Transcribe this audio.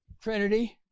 Trinity